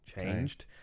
changed